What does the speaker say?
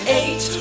eight